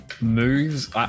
moves